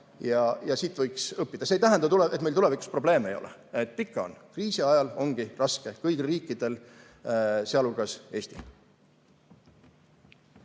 ja siit võiks õppida. See ei tähenda, et meil tulevikus probleeme ei ole. Ikka on, kriisi ajal ongi raske kõigil riikidel, sealhulgas Eestil.